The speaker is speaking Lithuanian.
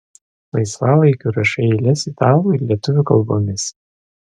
laisvalaikiu rašai eiles italų ir lietuvių kalbomis